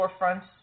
storefronts